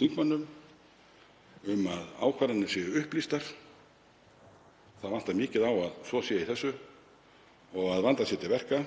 þingmönnum um að ákvarðanir séu upplýstar. Það vantar mikið á að svo sé í þessu og að vandað sé til verka